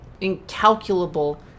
incalculable